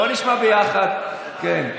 כן.